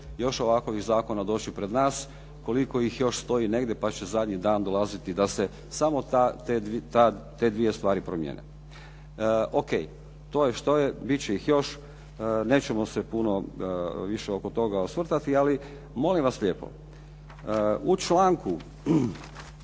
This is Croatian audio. još ovakvih zakona doći pred nas, koliko ih još stoji negdje pa će zadnji dan dolaziti da se samo te dvije stvari promijene. Ok, to je što je, biti će ih još, nećemo se puno više oko toga osvrtati, ali molim vas lijepo. U članku